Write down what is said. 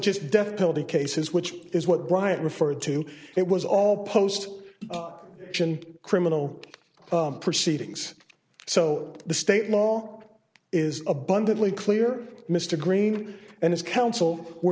just death penalty cases which is what bryant referred to it was all post criminal proceedings so the state law is abundantly clear mr green and his counsel were